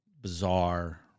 bizarre